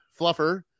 fluffer